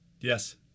Yes